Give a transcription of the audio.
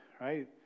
right